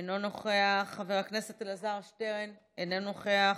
אינו נוכח, חבר הכנסת אלעזר שטרן, אינו נוכח,